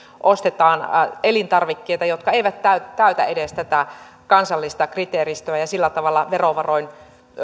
ostetaan elintarvikkeita jotka eivät täytä täytä edes tätä kansallista kriteeristöä ja sillä tavalla verovaroin